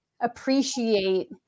appreciate